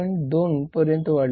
2 पर्यंत वाढले आहे